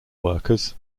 workers